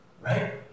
Right